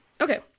Okay